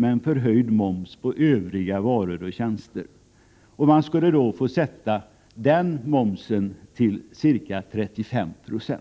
med en förhöjd moms på övriga varor och tjänster. Man skulle då få sätta den momsen till ca 35 Zoo.